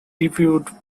reviewed